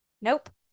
Nope